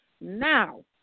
Now